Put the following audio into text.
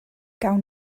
gawn